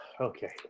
okay